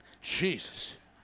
Jesus